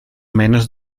menos